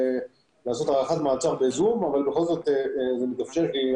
לעשות הארכת מעצר ב-זום אבל בכל זאת זה מתבצע.